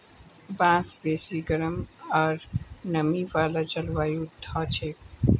बांस बेसी गरम आर नमी वाला जलवायुत हछेक